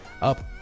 up